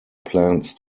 plans